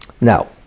Now